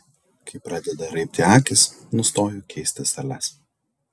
kai pradeda raibti akys nustoju keisti sales